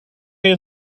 chi